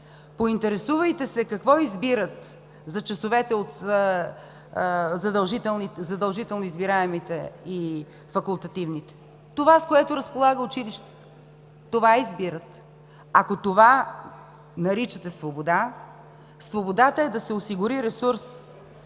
Поинтересувайте се какво избират за часовете от задължително избираемите и факултативните – това, с което разполага училището. Това избират. Ако това наричате свобода…?! Свободата е да се осигури ресурс,